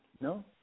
No